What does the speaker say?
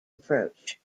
approach